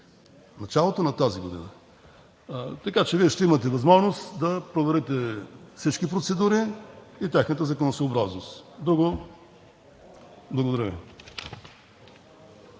началото на тази година. Вие ще имате възможност да проверите всички процедури и тяхната законосъобразност. Благодаря